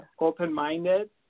open-minded